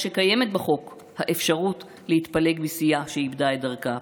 שקיימת בחוק האפשרות להתפלג מסיעה שאיבדה את דרכה,